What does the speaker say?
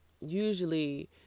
usually